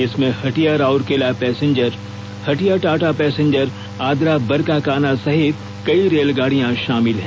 इसमें Hatia Rourkela passenger Hatia Tata passenger Adra Barkakana सहित कई रेल गाडियां शामिल हैं